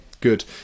good